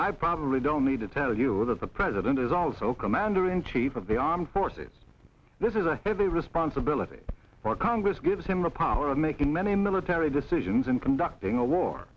i probably don't need to tell you that the president is also commander in chief of the armed forces this is a heavy responsibility for congress gives him a power of making many military decisions in conducting a war